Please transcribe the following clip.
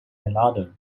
another